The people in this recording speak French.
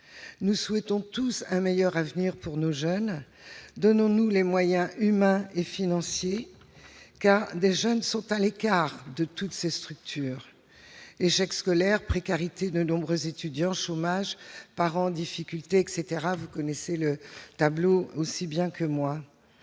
Nous souhaitons tous un meilleur avenir pour nos jeunes. Donnons-nous-en les moyens humains et financiers ! Des jeunes restent à l'écart de ces structures : échec scolaire, précarité de nombreux étudiants, chômage, parents en difficulté, etc.- vous connaissez le tableau aussi bien que moi,